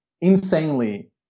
insanely